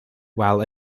while